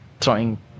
throwing